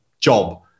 job